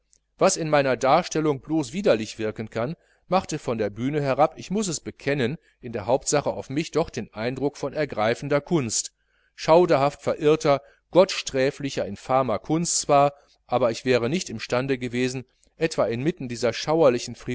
was in meiner darstellung blos widerlich wirken kann machte von der bühne herab ich muß es bekennen in der hauptsache auf mich doch den eindruck von ergreifender kunst schauderhaft verirrter gottsträflicher infamer kunst zwar aber ich wäre nicht im stande gewesen etwa inmitten dieser schauerlichen